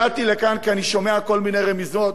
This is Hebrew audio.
אני הגעתי לכאן כי אני שומע כל מיני רמיזות,